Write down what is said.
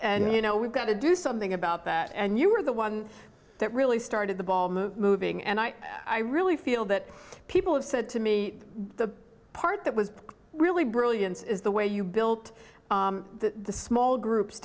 and you know we've got to do something about that and you were the one that really started the ball moving and i i really feel that people have said to me the part that was really brilliance is the way you built the small groups